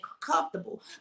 comfortable